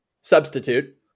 substitute